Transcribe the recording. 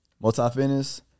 multi-fitness